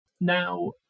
now